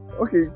Okay